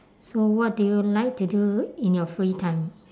so what do you like to do in your free time